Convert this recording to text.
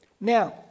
Now